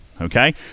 Okay